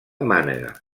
mànega